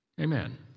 Amen